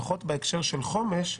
לפחות בהקשר של חומש,